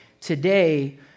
today